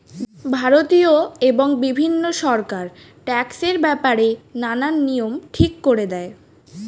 ভারতীয় এবং বিভিন্ন সরকার ট্যাক্সের ব্যাপারে নানান নিয়ম ঠিক করে দেয়